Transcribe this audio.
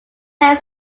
hair